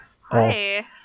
Hi